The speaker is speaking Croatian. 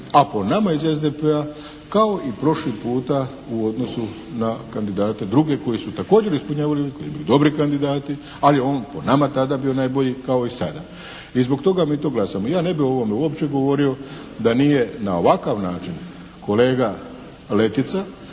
A po nama iz SDP-a kao i prošli puta u odnosu na kandidate druge koji su također ispunjavali, dobri kandidati, ali on je po nama tada bio najbolji kao i sada. I zbog toga mi to glasamo. Ja ne bih o ovome uopće govorio da nije na ovakav način kolega Letica